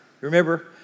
remember